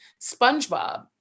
SpongeBob